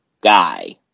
guy